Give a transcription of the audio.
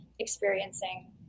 experiencing